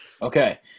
Okay